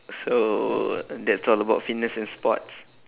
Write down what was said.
so that's all about fitness and sports